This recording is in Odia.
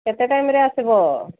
କେତେ ଟାଇମ୍ରେ ଆସିବ